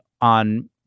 on